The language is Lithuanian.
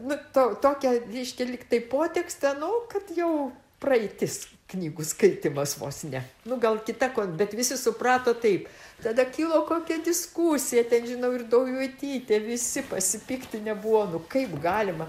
nu to tokia reiškia lyg tai potekste nu kad jau praeitis knygų skaitymas vos ne nu gal kita kol bet visi suprato taip tada kilo kokia diskusija ten žinau ir daujotytė visi pasipiktinę buvo nu kaip galima